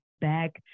back